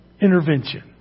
intervention